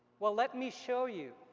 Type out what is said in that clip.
well, let me show you